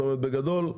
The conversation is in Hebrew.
זאת אומרת, בגדול,